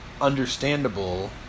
understandable